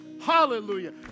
Hallelujah